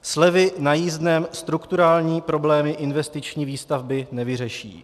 Slevy na jízdném strukturální problémy investiční výstavby nevyřeší.